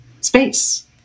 space